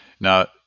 Now